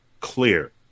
clear